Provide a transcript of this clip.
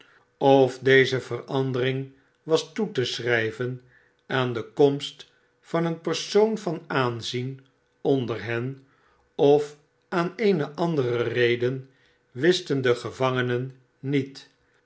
of deze verandering was toe te schrijven aan de komst van een persoon van aanzien onder hen of aan eene andere reden wisten ie gevangenen niet